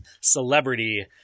celebrity